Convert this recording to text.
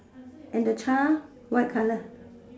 and the child what color